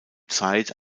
zeit